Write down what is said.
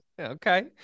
Okay